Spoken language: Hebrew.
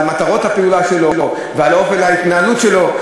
מטרות הפעולה שלו ועל אופן ההתנהלות שלו.